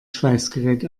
schweißgerät